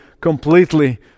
completely